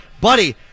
Buddy